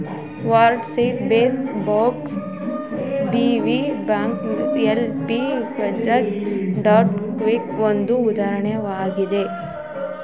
world Vest Base WVB, Bloomberg LP financial data ವೆಂಡರ್ಸ್ಗೆಗೆ ಒಂದು ಉದಾಹರಣೆಯಾಗಿದೆ